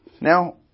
Now